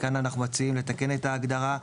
כאן אנחנו מציעים לתקן את ההגדרה,